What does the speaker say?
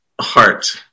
heart